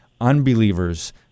unbelievers